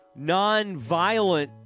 nonviolent